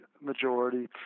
majority